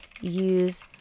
use